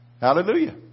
Hallelujah